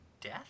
death